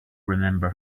remember